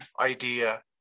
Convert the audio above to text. idea